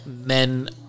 men